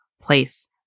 place